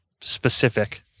specific